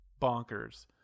bonkers